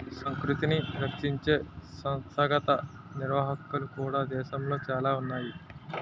సంస్కృతిని రక్షించే సంస్థాగత నిర్వహణలు కూడా దేశంలో చాలా ఉన్నాయి